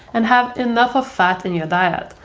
and have enough of fat in your diet,